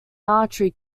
archery